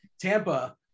Tampa